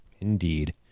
Indeed